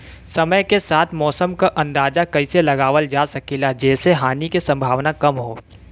समय के साथ मौसम क अंदाजा कइसे लगावल जा सकेला जेसे हानि के सम्भावना कम हो?